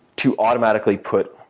to automatically put